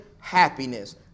happiness